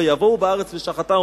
ויבואו בארץ לשחתה.